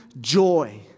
joy